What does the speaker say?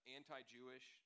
anti-Jewish